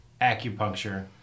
acupuncture